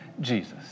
Jesus